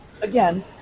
again